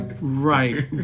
Right